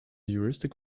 heuristic